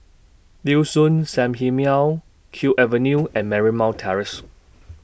Liuxun Sanhemiao Kew Avenue and Marymount Terrace